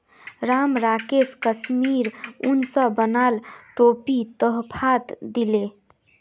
राम राकेशक कश्मीरी उन स बनाल टोपी तोहफात दीले